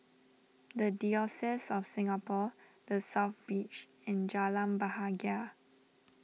the Diocese of Singapore the South Beach and Jalan Bahagia